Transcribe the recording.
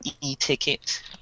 e-ticket